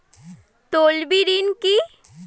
তলবি ঋন কি?